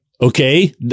Okay